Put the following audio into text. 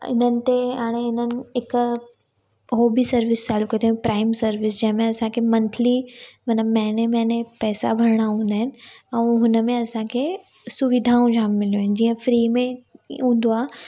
इन्हनि ते हाणे इन्हनि हिक उहो बि सर्विस चालू कई अथऊं प्राइम सर्विस जंहिंमें असांखे मंथली मना महीने महीने पैसा भरणा हूंदा आहिनि ऐं उनमें असांखे सुविधाऊं जाम मिलियूं आहिनि जीअं फ्री में हूंदो आहे